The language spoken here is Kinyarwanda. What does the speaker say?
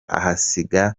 ahasiga